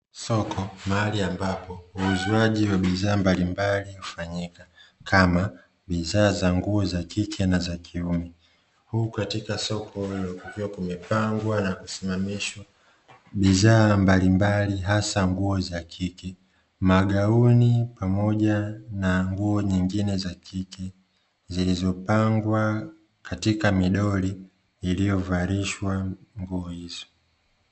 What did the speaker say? Soko mahali ambapo uuzwaji wa bidhaa mbalimbali hufanyika kama bidhaa za nguo za kike na za kiume. Huku katika soko kukiwa kumepangwa na kusimamishwa bidhaa mbalimbali hasa nguo za kike, magauni pamoja na nguo nyingine za kike zilizopangwa katika midoli iliyovalishwa nguo hizo.